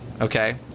okay